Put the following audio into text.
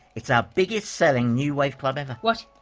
it's our biggest selling new wave club ever! what?